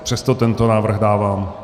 Přesto tento návrh dávám.